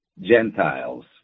Gentiles